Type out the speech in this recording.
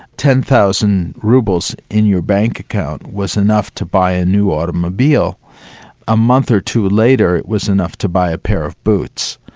ten thousand roubles in your bank account was enough to buy a new automobile a month or two later, it was enough to buy a pair of boots.